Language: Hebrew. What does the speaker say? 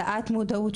העלאת מודעות,